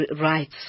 rights